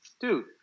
dude